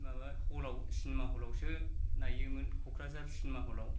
माबा हलाव सिनेमा हलावसो नायोमोन क'क्राझार सिनेमा हलाव